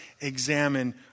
examine